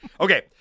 Okay